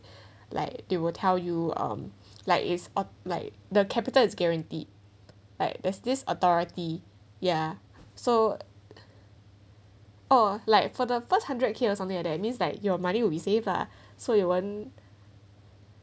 like they will tell you um like it's like the capital is guaranteed like there's this authority ya so or like for the first hundred K or something like that means like your money will be safe lah so you won't